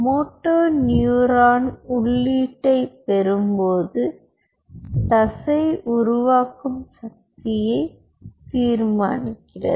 Moto neuron உள்ளீட்டைப் பெறும்போது தசை உருவாக்கும் சக்தியை தீர்மானிக்கிறது